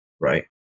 right